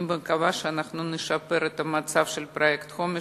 אני מקווה שאנחנו נשפר את המצב של פרויקט החומש,